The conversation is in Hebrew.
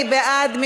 מי בעד?